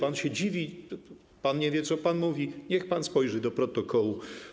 Pan się dziwi, pan nie wie, co pan mówi - niech pan spojrzy do protokołu.